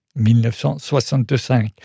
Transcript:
1965